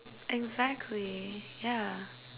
exactly ya